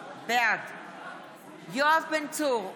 בעד יואב בן צור,